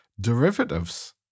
derivatives